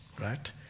Right